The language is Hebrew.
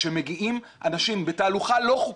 כשמגיעים אנשים בתהלוכה לא חוקית,